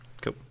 Cool